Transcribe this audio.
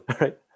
Right